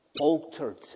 altered